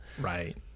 right